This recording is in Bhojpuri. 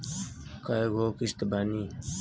कय गो किस्त बानी?